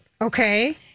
Okay